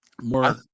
more